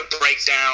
breakdown